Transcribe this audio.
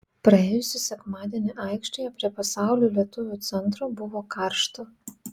praėjusį sekmadienį aikštėje prie pasaulio lietuvių centro buvo karšta